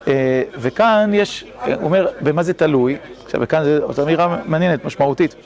וכאן יש, הוא אומר במה זה תלוי, עכשיו וכאן זו אמירה מעניינת, משמעותית.